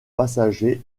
passagers